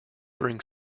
bring